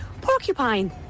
porcupine